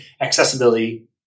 accessibility